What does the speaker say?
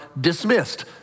dismissed